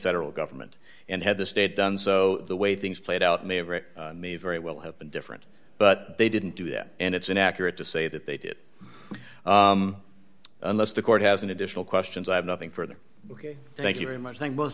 federal government and had the state done so the way things played out may have or it may very well have been different but they didn't do that and it's inaccurate to say that they did unless the court has an additional questions i have nothing further ok thank you very much thank both